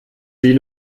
sie